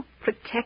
protect